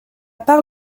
part